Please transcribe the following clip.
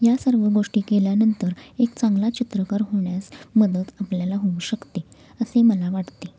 या सर्व गोष्टी केल्यानंतर एक चांगला चित्रकार होण्यास मदत आपल्याला होऊ शकते असे मला वाटते